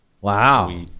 Wow